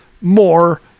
More